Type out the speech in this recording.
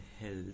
health